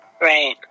Right